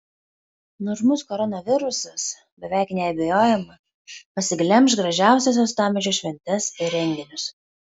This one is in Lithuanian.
nuožmus koronavirusas beveik neabejojama pasiglemš gražiausias uostamiesčio šventes ir renginius